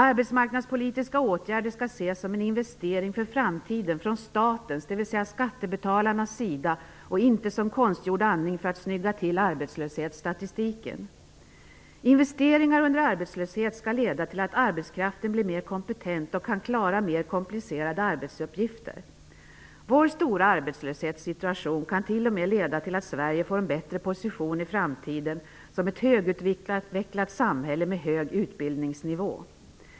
Arbetsmarknadspolitiska åtgärder skall ses som en investering för framtiden från statens, dvs. skattebetalarnas, sida och inte som konstgjord andning för att snygga till arbetslöshetsstatistiken. Investeringar under arbetslöshet skall leda till att arbetskraften blir mer kompetent och kan klara mer komplicerade arbetsuppgifter. Sveriges stora arbetslöshetssituation kan t.o.m. leda till att Sverige får en bättre position i framtiden som ett högutvecklat samhälle med hög utbildningsnivå.